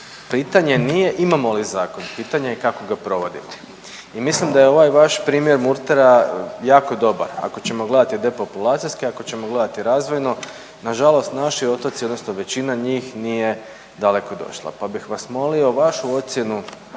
pitanje nije imamo li zakon, pitanje je kako ga provodimo. I mislim da je ovaj vaš primjer Murtera jako dobar, ako ćemo gledati depopulacijske, ako ćemo gledati razvojno, nažalost naši otoci odnosno većina njih nije daleko došla. Pa bih vas molio vašu ocjenu,